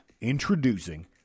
Introducing